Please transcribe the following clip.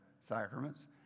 sacraments